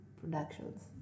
productions